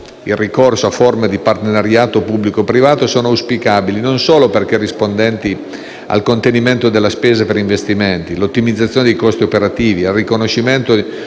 Il ricorso a forme di partenariato pubblico-privato è auspicabile, non solo perché rispondente al contenimento della spesa per investimenti, all'ottimizzazione dei costi operativi, al riconoscimento